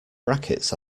brackets